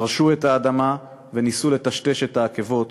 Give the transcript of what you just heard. חרשו את האדמה וניסו לטשטש את העקבות,